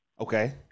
okay